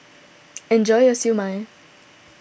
enjoy your Siew Mai